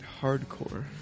hardcore